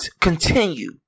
continue